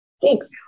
Thanks